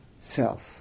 self